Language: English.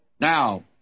Now